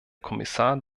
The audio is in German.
kommissar